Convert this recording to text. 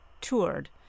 toured